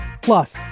plus